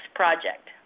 project